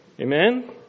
Amen